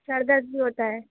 سر درد بھی ہوتا ہے